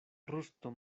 rusto